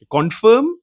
Confirm